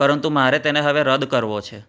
પરંતુ મારે તેને હવે રદ કરવો છે